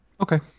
okay